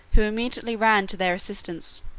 who immediately ran to their assistance,